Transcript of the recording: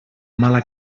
mala